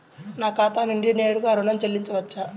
నా ఖాతా నుండి నేరుగా ఋణం చెల్లించవచ్చా?